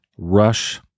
Rush